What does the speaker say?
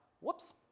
whoops